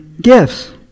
gifts